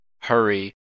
Hurry